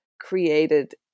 created